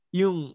yung